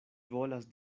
volas